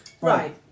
Right